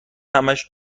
همش